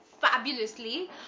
fabulously